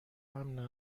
امن